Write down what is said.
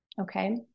Okay